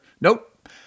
Nope